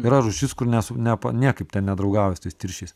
yra rūšis kur nes ne pa niekaip ten nedraugauja su tais tirščiais